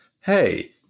hey